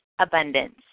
abundance